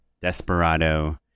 Desperado